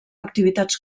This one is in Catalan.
activitats